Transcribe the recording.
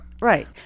right